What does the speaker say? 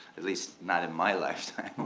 at least not in my lifetime.